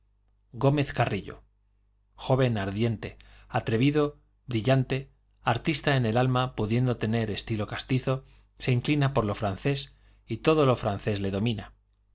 gómez carrillo joven ardiente atrevido brillante artista en el alma pudiendo tener estilo castizo se inclina por lo francés y todo jo francés le domina